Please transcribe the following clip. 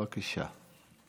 בבקשה.